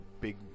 big